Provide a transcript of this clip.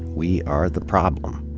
we are the problem.